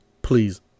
please